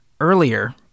earlier